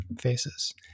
faces